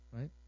Right